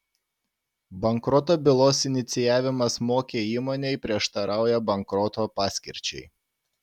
bankroto bylos inicijavimas mokiai įmonei prieštarauja bankroto paskirčiai